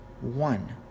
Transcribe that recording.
one